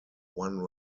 one